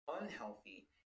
unhealthy